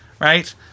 Right